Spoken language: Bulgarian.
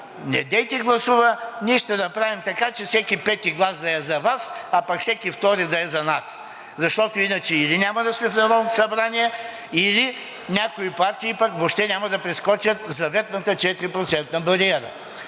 „Недейте гласува. Ние ще направим така, че всеки пети глас да е за Вас, а пък всеки втори да е за нас, защото иначе или няма да сме в Народното събрание, или някои партии пък въобще няма да прескочат заветната 4-процентна бариера.“